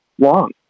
long